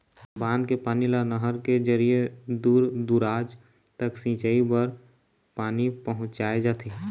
बांध के पानी ल नहर के जरिए दूर दूराज तक सिंचई बर पानी पहुंचाए जाथे